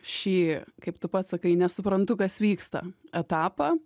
šį kaip tu pats sakai nesuprantu kas vyksta etapą